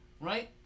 Right